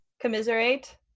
commiserate